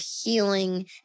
healing